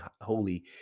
holy